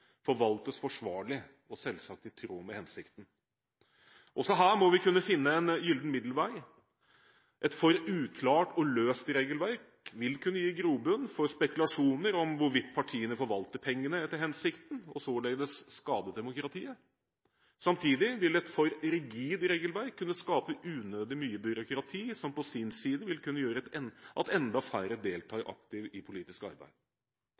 forvaltes forsvarlig, og selvsagt i tråd med hensikten. Også her må vi kunne finne en gyllen middelvei. Et for uklart og løst regelverk vil kunne gi grobunn for spekulasjoner om hvorvidt partiene forvalter pengene etter hensikten, og således skade demokratiet. Samtidig vil et for rigid regelverk kunne skape unødig mye byråkrati, som på sin side kan føre til at enda færre deltar aktivt i politisk arbeid.